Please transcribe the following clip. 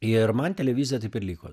ir man televizija taip ir liko